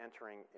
entering